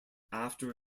after